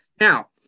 Now